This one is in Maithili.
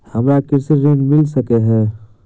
हमरा कृषि ऋण मिल सकै है?